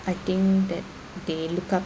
I think that they look up